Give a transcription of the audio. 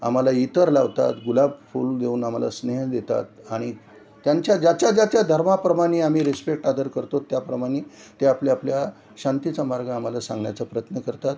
आम्हाला अत्तर लावतात गुलाब फुल देऊन आम्हाला स्नेह देतात आणि त्यांच्या ज्याच्या ज्याच्या धर्माप्रमाणे आम्ही रिस्पेक्ट आदर करतो त्याप्रमाणे ते आपल्या आपल्या शांतीचा मार्ग आम्हाला सांगण्याचा प्रयत्न करतात